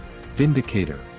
Vindicator